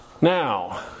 Now